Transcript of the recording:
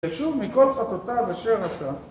ישוב מכל חטאותיו אשר עשה.